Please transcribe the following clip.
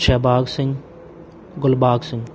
Shehbag Singh Gulbag Singh